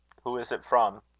who is it from?